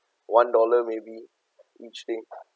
one dollar maybe each day